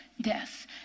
death